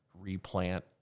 replant